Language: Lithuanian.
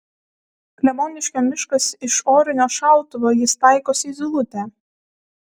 kleboniškio miškas iš orinio šautuvo jis taikosi į zylutę